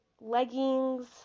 leggings